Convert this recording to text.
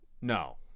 No